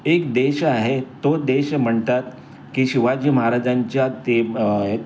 एक देश आहे तो देश म्हणतात की शिवाजी महाराजांच्या ते